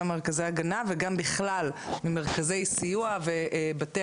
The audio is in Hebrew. גם ממרכזי הגנה וגם בכלל ממרכזי סיוע ובתי